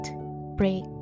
break